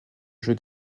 jeu